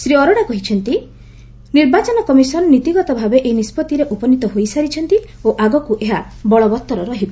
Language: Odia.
ଶ୍ରୀ ଆରୋଡା କହିଛନ୍ତି ନିର୍ବାଚନ କମିଶନ ନୀତିଗତ ଭାବେ ଏହି ନିଷ୍ପଭିରେ ଉପନୀତ ହୋଇସାରିଛନ୍ତି ଓ ଆଗକୁ ଏହା ବଳବତ୍ତର ରହିବ